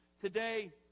Today